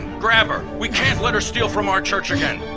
grab her! we can't let her steal from our church again.